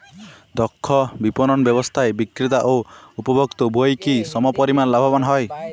দক্ষ বিপণন ব্যবস্থায় বিক্রেতা ও উপভোক্ত উভয়ই কি সমপরিমাণ লাভবান হয়?